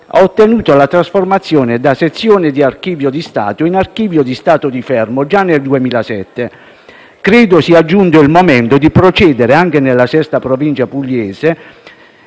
ha ottenuto la trasformazione da sezione di Archivio di Stato in Archivio di Stato di Fermo già nel 2007. Credo sia giunto il momento di procedere anche nella sesta provincia pugliese.